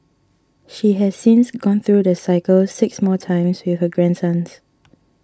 she has since gone through the cycle six more times with her grandsons